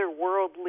otherworldly